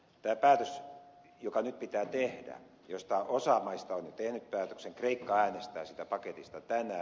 tämä päätös joka nyt pitää tehdä josta osa maista on jo tehnyt päätöksen kreikka äänestää siitä paketista tänään